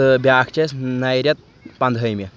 تہٕ بیٛاکھ چھِ اَسہِ نَیہِ رؠتہٕ پَنٛدہٲیمہِ